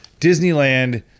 disneyland